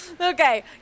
Okay